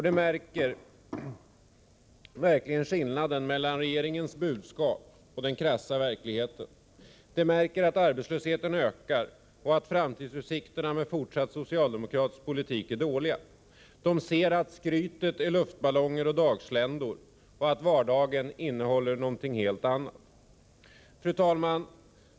De märker verkligen skillnaden mellan regeringens budskap och den krassa verkligheten. De märker att arbetslösheten ökar och att framtidsutsikterna med fortsatt socialdemokratisk politik är dåliga. De ser att skrytet är luftballonger och dagsländor och att vardagen innehåller någonting helt annat. Fru talman!